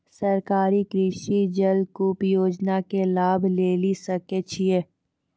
सरकारी कृषि जलकूप योजना के लाभ लेली सकै छिए?